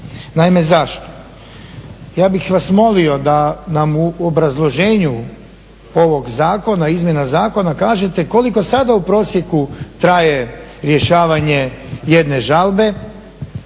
Naime, zašto? Ja bih vas molio da nam u obrazloženju ovog zakona, izmjena zakona kažete koliko sada u prosjeku traje rješavanje jedne žalbe,